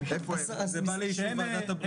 זה בא לאישור ועדת הבריאות?